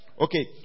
Okay